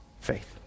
faith